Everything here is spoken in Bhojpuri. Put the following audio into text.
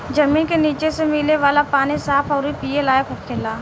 जमीन के निचे से मिले वाला पानी साफ अउरी पिए लायक होखेला